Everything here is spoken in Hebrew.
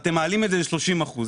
אתם מעלים אותו ל-30 אחוזים.